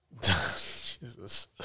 Jesus